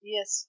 Yes